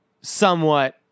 somewhat